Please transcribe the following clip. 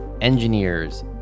engineers